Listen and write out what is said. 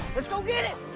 let's go get it!